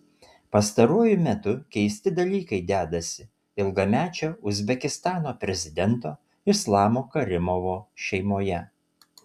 pastaruoju metu keisti dalykai dedasi ilgamečio uzbekistano prezidento islamo karimovo šeimoje